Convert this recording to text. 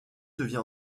devient